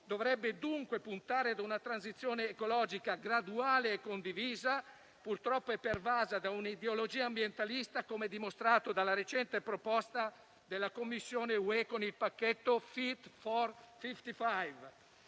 dovrebbe dunque puntare ad una transizione ecologica graduale e condivisa, purtroppo è pervasa da un'ideologia ambientalista, come dimostrato dalla recente proposta della Commissione europea con il pacchetto Fit for 55.